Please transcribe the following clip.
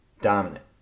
Dominant